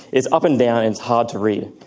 it's up and down and it's hard to read,